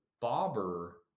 bobber